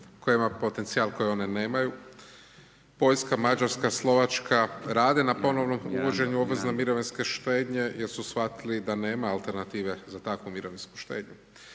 koja ima potencijal koje one nemaju. Poljska, Mađarska, Slovačka rade na ponovnom uvođenju obvezne mirovinske štednje, jer su shvatili da nema alternative za takvu mirovinu štednju.